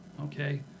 okay